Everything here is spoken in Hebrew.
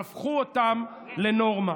הן הפכו אותם לנורמה.